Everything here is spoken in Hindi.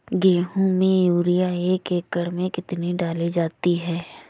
गेहूँ में यूरिया एक एकड़ में कितनी डाली जाती है?